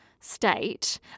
state